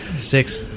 six